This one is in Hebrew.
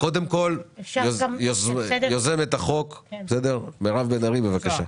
קודם כל, יוזמת החוק, מירב בן ארי, בבקשה.